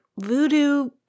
voodoo